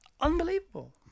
Unbelievable